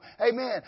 Amen